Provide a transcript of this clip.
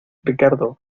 ricardo